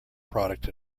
product